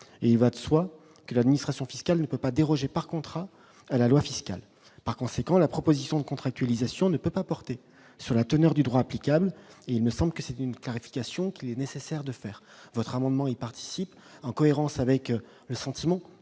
et il va de soi que l'administration fiscale ne peut pas déroger par contrat à la loi fiscale, par conséquent, la proposition de contractualisation ne peut pas porter sur la teneur du droit applicable, il me semble que c'est une clarification qu'il est nécessaire de faire votre amendement, il participe en cohérence avec le sentiment